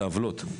אלה עוולות.